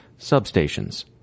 substations